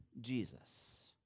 Jesus